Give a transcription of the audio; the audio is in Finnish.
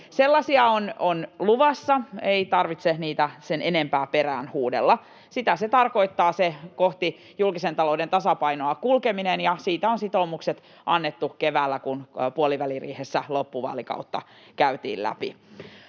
Sellaisia on luvassa, ei tarvitse niitä sen enempää perään huudella. Sitä se tarkoittaa, se kohti julkisen talouden tasapainoa kulkeminen, ja siitä on sitoumukset annettu keväällä, kun puoliväliriihessä loppuvaalikautta käytiin läpi.